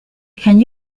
can